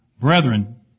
Brethren